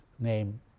name